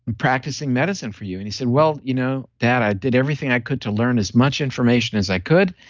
practicing medicine for you? and he said, well, you know dad i did everything i could to learn as much information as i could.